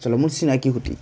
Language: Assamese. আচলতে মোৰ চিনাকি সুঁতি